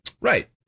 Right